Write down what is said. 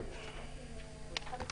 אדוני.